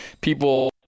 people